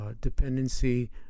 dependency